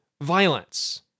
violence